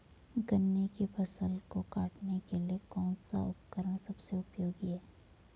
गन्ने की फसल को काटने के लिए कौन सा उपकरण सबसे उपयोगी है?